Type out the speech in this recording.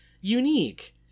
unique